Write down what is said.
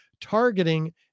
targeting